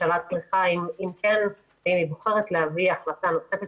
ואם הממשלה בוחרת להביא החלטה נוספת,